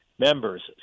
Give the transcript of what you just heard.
members